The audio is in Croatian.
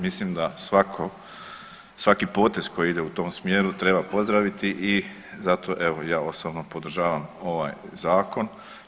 Mislim da svaki potez koji ide u tom smjeru treba pozdraviti i zato evo ja osobno podržavam ovaj zakon.